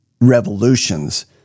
revolutions